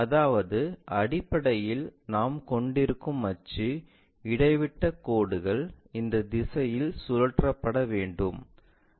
அதாவது அடிப்படையில் நாம் கொண்டிருக்கும் அச்சு இடைவிட்டக் கோடுகள் இந்த திசையில் சுழற்றப்பட வேண்டும்